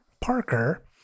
parker